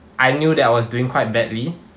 I knew that I was doing quite badly